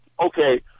okay